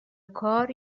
کار